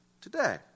today